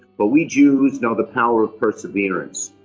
but we jews know the power of perseverance,